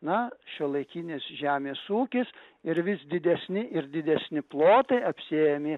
na šiuolaikinis žemės ūkis ir vis didesni ir didesni plotai apsėmė